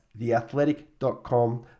theathletic.com